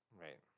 Right